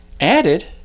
added